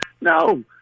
No